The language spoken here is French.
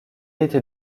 était